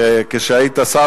כשהיית שר,